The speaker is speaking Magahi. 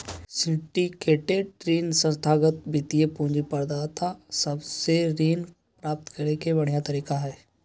सिंडिकेटेड ऋण संस्थागत वित्तीय पूंजी प्रदाता सब से ऋण प्राप्त करे के बढ़िया तरीका हय